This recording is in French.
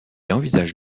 envisage